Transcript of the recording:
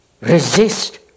resist